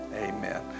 amen